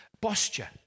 posture